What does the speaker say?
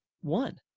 one